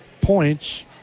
points